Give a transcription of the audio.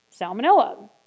salmonella